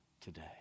today